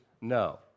no